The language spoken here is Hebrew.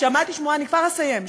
אני כבר אסיים.